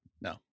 No